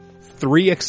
three